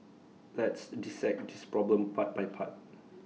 let's dissect this problem part by part